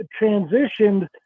transitioned